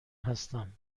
هستم